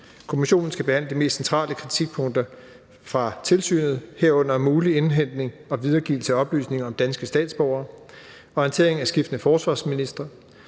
Kommissionen skal behandle de mest centrale kritikpunkter fra tilsynet, herunder mulig indhentning og videregivelse af oplysninger om danske statsborgere, orientering af skiftende forsvarsministre,